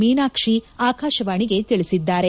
ಮೀನಾಕ್ಷಿ ಆಕಾಶವಾಣಿಗೆ ತಿಳಿಸಿದ್ದಾರೆ